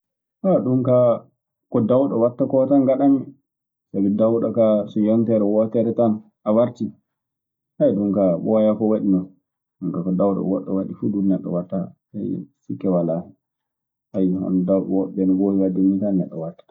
ɗum kaa ko dawɗo watta ko tam ngaɗammi. Sabi dawɗo kaa so yontere wootere tam a warti; ay ɗum kaa ɓooyaa ko waɗi no, ɗum kaa ko dawɗo goɗɗo waɗi fuu ɗum neɗɗo waɗata. sikke walaa hen, no dawɓe woɓɓe ɓe mboowi wadde nii tam neɗɗo waɗata.